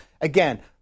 again